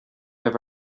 libh